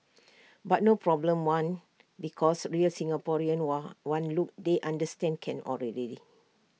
but no problem one because real Singaporeans one look they understand can already